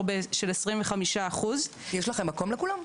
של עשרים וחמישה אחוז- -- יש לכם מקום לכולם?